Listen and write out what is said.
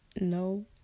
no